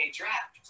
draft